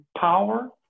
power